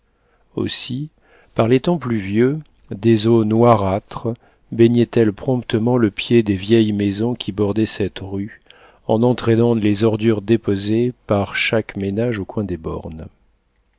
aussi par les temps pluvieux des eaux noirâtres baignaient elles promptement le pied des vieilles maisons qui bordaient cette rue en entraînant les ordures déposées par chaque ménage au coin des bornes